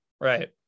Right